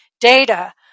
data